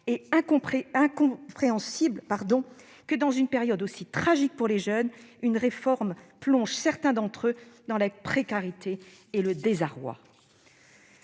et incompréhensible, dans une période aussi tragique pour les jeunes, qu'une réforme plonge certains d'entre eux plus encore dans la précarité et le désarroi